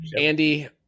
Andy